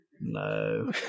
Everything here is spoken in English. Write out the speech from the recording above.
No